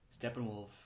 Steppenwolf